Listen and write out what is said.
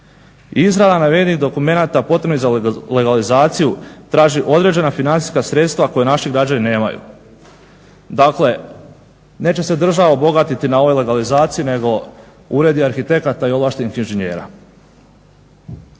Izrada navedenih dokumenata potrebnih za legalizaciju traži određena financijska sredstva koja naši građani nemaju. Dakle, neće se država obogatiti na ovaj legalizaciji, nego uredi arhitekata i ovlaštenih inženjera.